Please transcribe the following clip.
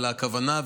אבל הכוונה,